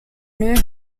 new